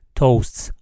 toasts